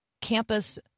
campus